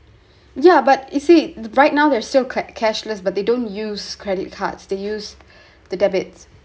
ya but you see right now they're still ca~ cashless but they don't use credit cards they used the debit